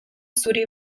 zuri